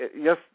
yes